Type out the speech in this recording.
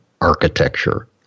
architecture